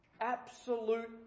Absolute